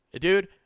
Dude